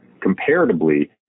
comparatively